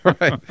Right